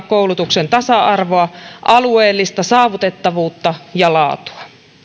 koulutuksen tasa arvoa alueellista saavutettavuutta ja laatua